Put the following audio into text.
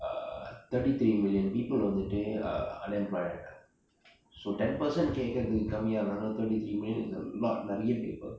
uh thirty three million people வந்துட்டு:vanthuttu err unemployed ஆகிட்டாங்க:aagitaanga so ten percent கேட்கரதுக்கு கம்மியா இருந்தாலும்:kekrathukku kammiyaa irunthaalum thirty three million is a lot நிரைய பேரு:niraya peru